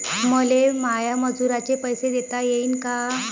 मले माया मजुराचे पैसे देता येईन का?